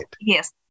yes